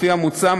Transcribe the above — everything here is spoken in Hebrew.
לפי המוצע,